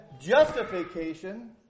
justification